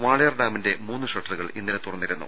വാളയാർ ഡാമിന്റെ മൂന്ന് ഷട്ടറുകൾ ഇന്നലെ തുറന്നിരുന്നു